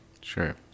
Sure